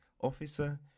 Officer